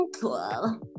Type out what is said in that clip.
cool